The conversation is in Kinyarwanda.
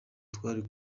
twari